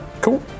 Cool